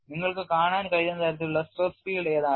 നിങ്ങൾക്ക് കാണാൻ കഴിയുന്ന തരത്തിലുള്ള സ്ട്രെസ് ഫീൽഡ് ഏതാണ്